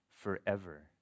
forever